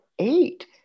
eight